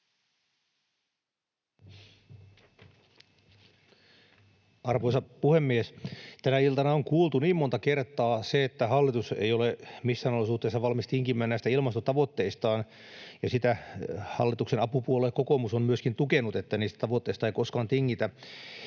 Arvoisa puhemies! Tänä iltana on kuultu monta kertaa se, että hallitus ei ole missään olosuhteissa valmis tinkimään ilmastotavoitteistaan. Sitä myöskin hallituksen apupuolue kokoomus on tukenut, että niistä tavoitteista ei koskaan tingitä.